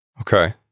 okay